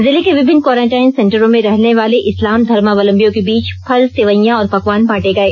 जिले के विभिन्न क्वारंटीन सेंटरों में रहने वाले इस्लाम धर्मावलंबियों के बीच फल सेवइयां और पकवान बांटे गए